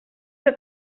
que